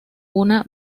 una